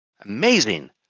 amazing